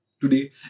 today